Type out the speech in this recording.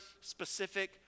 specific